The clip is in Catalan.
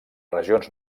regions